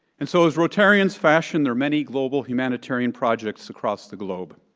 and so as rotarians fashion their many global humanitarian projects across the globe,